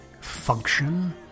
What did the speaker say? function